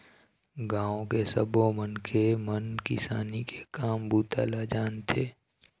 गाँव के सब्बो मनखे मन किसानी के काम बूता ल जानथे